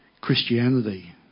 Christianity